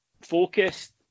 focused